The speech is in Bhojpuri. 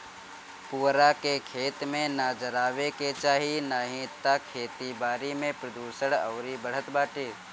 पुअरा के, खेत में ना जरावे के चाही नाही तअ खेती बारी में प्रदुषण अउरी बढ़त बाटे